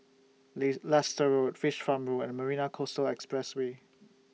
Leicester Road Fish Farm Road and Marina Coastal Expressway